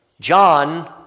John